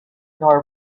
nor